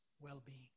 well-being